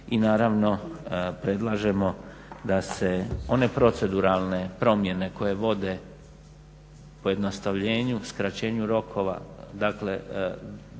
I naravno predlažemo da se one proceduralne promjene koje vode pojednostavljenju, skraćenju rokova, dakle